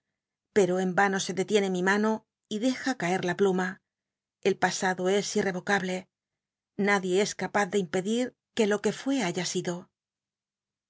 l'o en ano se detiene mi mano y deja caer la plu ma el pasado es íi'i'c ocable nadie es capaz de impedir que lo que fué baya sido